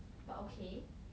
okay